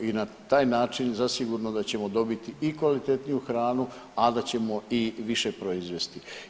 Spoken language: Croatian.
I na taj način zasigurno da ćemo dobiti i kvalitetniju hranu, ali da ćemo i više proizvesti.